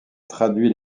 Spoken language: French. traduit